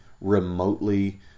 remotely